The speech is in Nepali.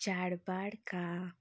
चाडबाडका